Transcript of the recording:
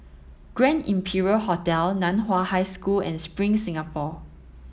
Grand Imperial Hotel Nan Hua High School and Spring Singapore